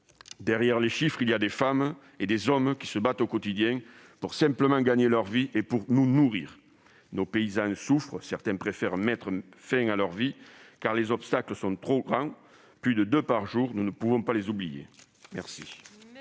Derrière les chiffres, il y a des femmes et des hommes qui se battent au quotidien, simplement pour gagner leur vie et nous nourrir. Nos paysans souffrent. Certains préfèrent mettre fin à leur vie, car les obstacles sont trop grands. On déplore plus de deux suicides par jour, nous ne pouvons pas les oublier. La